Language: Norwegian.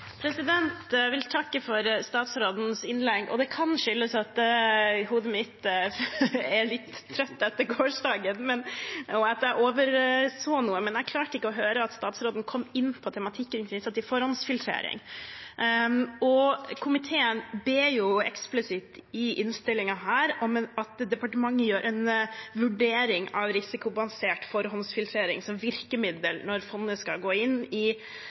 litt trøtt etter gårsdagen, og at jeg overså noe, men jeg klarte ikke å høre at statsråden kom inn på tematikken knyttet til forhåndsfiltrering. Komiteen ber i innstillingen eksplisitt om at departementet skal gjøre en vurdering av risikobasert forhåndsfiltrering som virkemiddel når fondet skal gå inn i